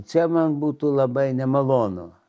čia man būtų labai nemalonu